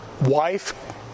wife